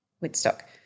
Woodstock